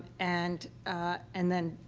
and, ah and then,